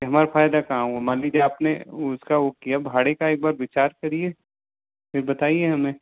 हमारा फ़ायदा कहाँ हुआ मान लीजिए आपने उसका वो किया भाड़े का एक बार विचार करिए फिर बताइए हमें